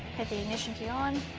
hit the ignition key on.